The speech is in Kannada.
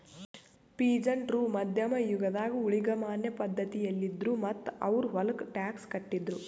ಪೀಸಂಟ್ ರು ಮಧ್ಯಮ್ ಯುಗದಾಗ್ ಊಳಿಗಮಾನ್ಯ ಪಧ್ಧತಿಯಲ್ಲಿದ್ರು ಮತ್ತ್ ಅವ್ರ್ ಹೊಲಕ್ಕ ಟ್ಯಾಕ್ಸ್ ಕಟ್ಟಿದ್ರು